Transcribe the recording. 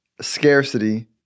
scarcity